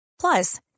Plus